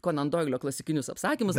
konan doilio klasikinius apsakymus